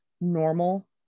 normal